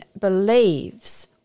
believes